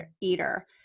eater